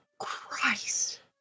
Christ